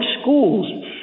schools